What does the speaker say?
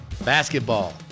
basketball